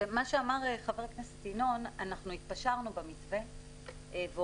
לגבי מה שאמר חבר הכנסת ינון אנחנו התפשרנו במתווה והורדנו